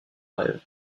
brève